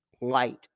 light